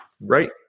Right